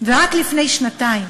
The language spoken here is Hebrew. ורק לפני שנתיים,